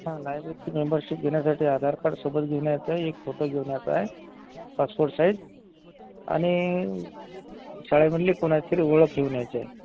हा लायब्ररीची मेम्बरशिप घेण्यासाठी आधार कार्ड सोबत घेऊन यायचं आहे एक फोटो घेऊन यायचा आहे पासपोर्ट साईज आणि शाळेमधली कोणाचीरी ओळख घेऊन यायची आहे